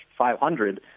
500